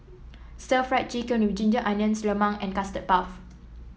Stir Fried Chicken with Ginger Onions lemang and Custard Puff